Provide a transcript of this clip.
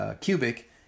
cubic